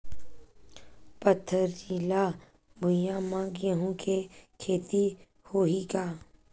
पथरिला भुइयां म गेहूं के खेती होही का?